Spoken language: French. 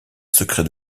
secret